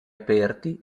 aperti